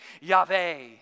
Yahweh